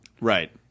Right